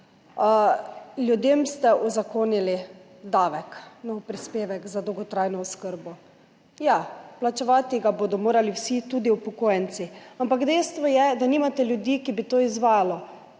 ljudem ste uzakonili davek, nov prispevek za dolgotrajno oskrbo. Ja, plačevati ga bodo morali vsi, tudi upokojenci, ampak dejstvo je, da nimate ljudi, ki bi to izvajali.